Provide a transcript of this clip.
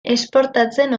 esportatzen